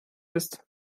ist